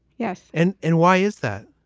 yes. and. and why is that?